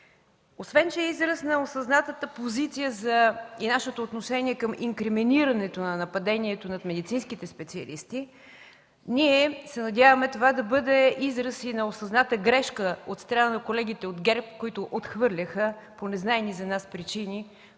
Освен че е израз на осъзнатата позиция и нашето отношение към инкриминирането на нападението над медицинските специалисти, ние се надяваме това да бъде израз и на осъзната грешка от страна на колегите от ГЕРБ, които го отхвърляха, по незнайни за нас причини,